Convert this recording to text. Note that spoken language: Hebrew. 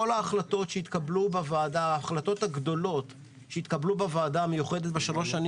כל ההחלטות הגדולות שהתקבלו בוועדה המיוחדת בשלוש השנים